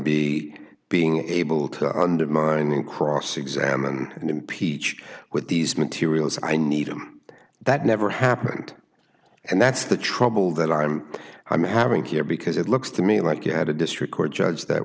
be being able to undermine cross examined and impeach with these materials i need him that never happened and that's the trouble that i'm i'm having here because it looks to me like you had a district court judge that